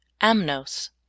amnos